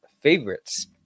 favorites